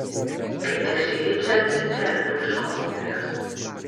kaip tik šįryt čia atsiuntė arklių iš kolumbijos